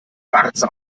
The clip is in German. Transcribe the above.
warze